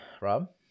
Rob